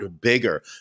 bigger